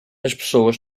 pessoas